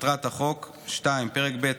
פרק א' מטרת החוק, פרק ב'